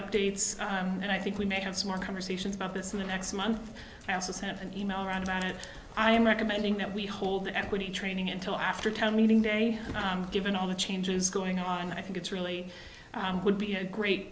updates and i think we may have some more conversations about this in the next month i also sent an email round about it i am recommending that we hold the equity training until after town meeting day given all the changes going on i think it's really would be a great